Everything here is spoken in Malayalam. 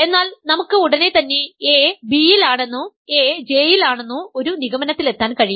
എന്നാൽ നമുക്ക് ഉടനെ തന്നെ a B യിൽ ആണെന്നോ a J യിൽ ആണെന്നോ ഒരു നിഗമനത്തിലെത്താൻ കഴിയില്ല